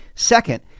Second